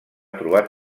trobar